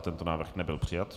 Tento návrh nebyl přijat.